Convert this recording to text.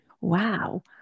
wow